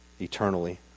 eternally